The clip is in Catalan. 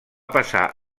passar